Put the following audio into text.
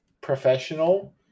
professional